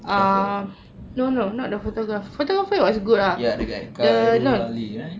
grapher ya the guy khairul ali right